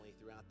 throughout